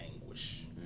anguish